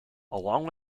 along